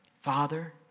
Father